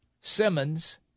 Simmons